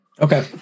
Okay